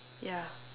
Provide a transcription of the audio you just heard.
ya